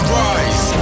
rise